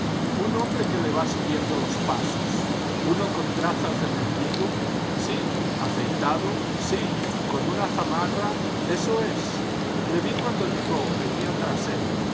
un hombre que le va siguiendo los pasos iuno con trazas de mendigo sí afeitado sí con una zamarra eso es le vi cuando llegó venía tras él